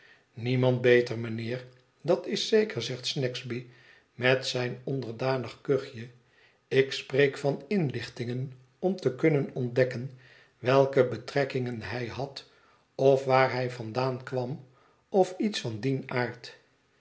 niemand beter mijnheer dat is zeker zegt snagsby met zijn onderdanig kuchje ik spreek van inlichtingen om te kunnen ontdekken welke betrekkingen hij had of waar hij vandaan kwam of iets van dien aard